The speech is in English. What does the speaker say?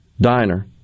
diner